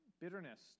bitterness